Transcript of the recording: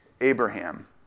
Abraham